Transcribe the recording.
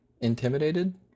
intimidated